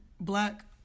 black